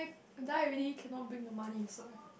die already cannot bring the money also right